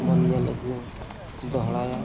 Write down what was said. ᱵᱚᱱ ᱧᱮᱞ ᱟᱹᱜᱩ ᱫᱚᱦᱲᱟᱭᱟ